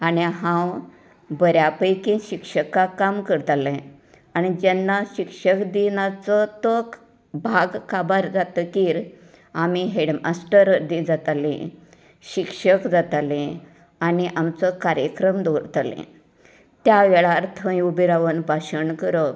आनी हांव बऱ्याा पैकी शिक्षकां काम करताले आनी जेन्ना शिक्षक दिनाचो तो भाग काबार जातकीर आमी हेडमास्तर बी जाताली शिक्षक जाताली आनी आमचो कार्यक्रम दवरताली त्या वेळार थंय उबी रावन भाशण करप